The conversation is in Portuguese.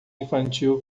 infantil